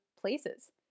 places